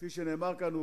כפי שנאמר כאן,